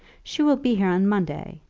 she will be here on monday.